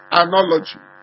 analogy